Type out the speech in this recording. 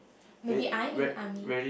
maybe I'm in army